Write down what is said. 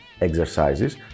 exercises